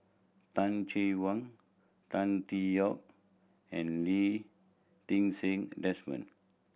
Tan Che Wang Tan Tee Yoke and Lee Ti Seng Desmond